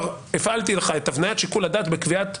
הפעלתי לך את הבניית שיקול הדעת בקביעה.